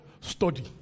Study